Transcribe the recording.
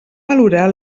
valorar